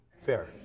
Fair